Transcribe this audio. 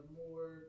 more